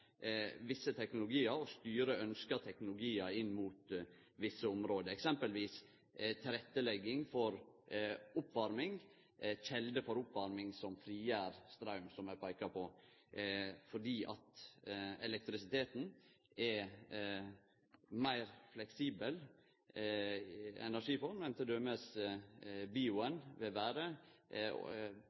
visse teknologiar og styre ynskte teknologiar inn mot visse område. For eksempel gjeld det tilrettelegging for oppvarming, kjelder for oppvarming som frigjer straum, som eg peika på, fordi elektrisiteten er ei meir fleksibel energiform enn t.d. bio-en vil vere